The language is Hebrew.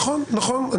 נכון, נכון.